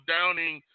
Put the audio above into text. Downing